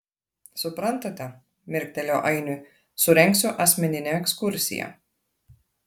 suprantate mirktelėjo ainui surengsiu asmeninę ekskursiją